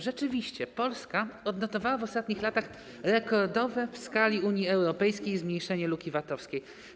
Rzeczywiście Polska odnotowała w ostatnich latach rekordowe w skali Unii Europejskiej zmniejszenie luki VAT-owskiej.